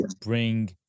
bring